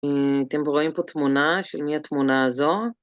אתם רואים פה תמונה, של מי התמונה הזו?